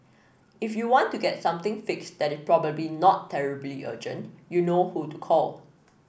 if you want to get something fixed that it probably not terribly urgent you know who to call